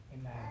Amen